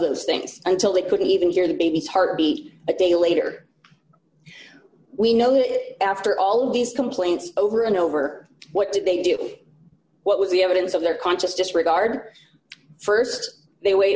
those things until they could even hear the baby's heartbeat a day later we know that after all of these complaints over and over what did they do what was the evidence of their conscious disregard st they wa